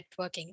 networking